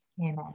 Amen